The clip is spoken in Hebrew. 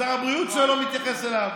שר הבריאות שלו לא מתייחס אליו.